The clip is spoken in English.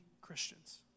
Christians